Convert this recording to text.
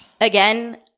again